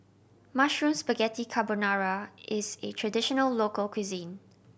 Mushroom Spaghetti Carbonara is a traditional local cuisine